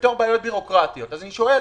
הבעיות כבעיות בירוקרטיות, אז אני שואל